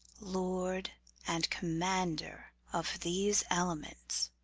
lord and commander of these elements.